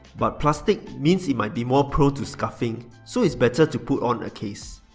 but plastic means it might be more prone to scuffing so it's better to put on a case.